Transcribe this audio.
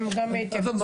הם גם יתייחסו.